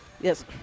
Yes